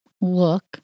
look